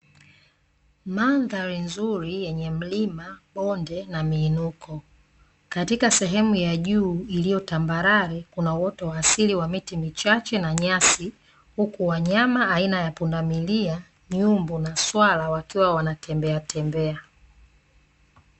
Mandhari nzuri yenye mlima bonde na miinuko katika sehemu ya juu iliyotambarare, kuna uoto wa asili wa miti michache na nyasi huku wanyama aina ya punda milia nyumbu na suala wakiwa wanatembea tembea.